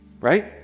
Right